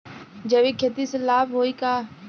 जैविक खेती से लाभ होई का?